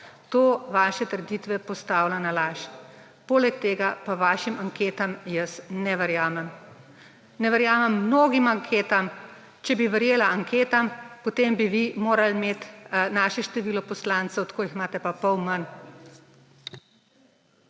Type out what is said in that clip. To vaše trditve postavlja na laž. Poleg tega pa vašim anketam jaz ne verjamem. Ne verjamem mnogim anketam. Če bi verjela anketam, potem bi vi morali imeti naše število poslancev, tako jih imate pa pol manj.